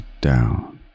down